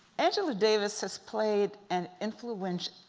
angela davis has played an influential,